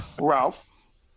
Ralph